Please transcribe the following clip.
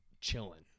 chilling